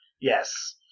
Yes